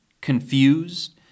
confused